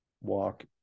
walk